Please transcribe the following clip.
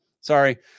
Sorry